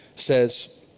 says